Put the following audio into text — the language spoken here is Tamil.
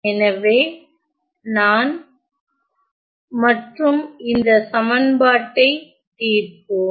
எனவே நான் மற்றும் இந்த சமன்பாட்டை தீர்ப்போம்